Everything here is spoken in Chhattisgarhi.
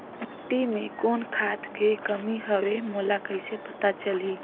माटी मे कौन खाद के कमी हवे मोला कइसे पता चलही?